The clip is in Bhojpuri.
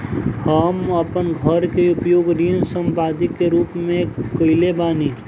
हम अपन घर के उपयोग ऋण संपार्श्विक के रूप में कईले बानी